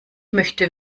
möchte